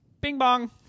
Bing-bong